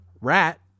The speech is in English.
Rat